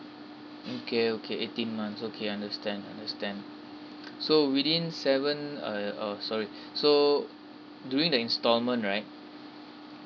mm okay okay eighty months okay understand understand so within seven uh oh sorry so doing the installment right